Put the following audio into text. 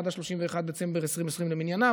עד 31 בדצמבר 2020 למניינם,